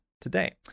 today